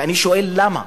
ואני שואל למה.